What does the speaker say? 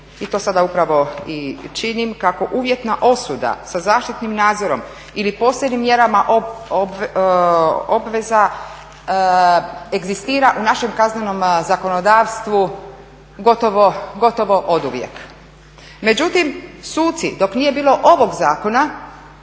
i to sada upravo i činim, kako uvjetna osuda sa zaštitnim nadzorom ili posebnim mjerama obveza egzistira u našem kaznenom zakonodavstvu gotovo oduvijek. Međutim suci dok nije bilo ovog zakona